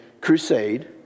crusade